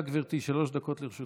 בבקשה, גברתי, שלוש דקות לרשותך.